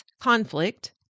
conflict